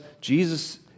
Jesus